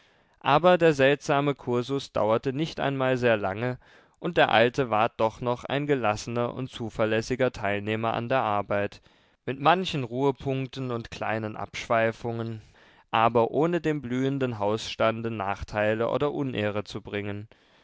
aber der seltsame kursus dauerte nicht einmal sehr lange und der alte ward doch noch ein gelassener und zuverlässiger teilnehmer an der arbeit mit manchen ruhepunkten und kleinen abschweifungen aber ohne dem blühenden hausstande nachteile oder unehre zu bringen